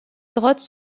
grottes